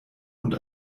und